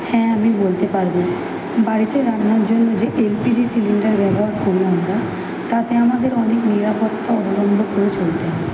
হ্যাঁ আমি বলতে পারবো বাড়িতে রান্নার জন্য যে এল পি জি সিলিন্ডার ব্যবহার করি আমরা তাতে আমাদের অনেক নিরাপত্তা অবলম্বন করে চলতে হয়